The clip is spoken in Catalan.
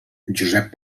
josep